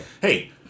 Hey